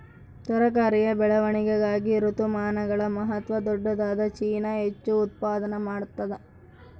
ತರಕಾರಿಯ ಬೆಳವಣಿಗಾಗ ಋತುಮಾನಗಳ ಮಹತ್ವ ದೊಡ್ಡದಾದ ಚೀನಾ ಹೆಚ್ಚು ಉತ್ಪಾದನಾ ಮಾಡ್ತದ